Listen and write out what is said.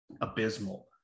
abysmal